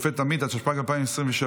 (שופט עמית), התשפ"ג 2023,